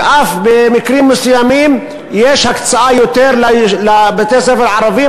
ובמקרים מסוימים יש אף יותר הקצאה לבתי-ספר ערביים,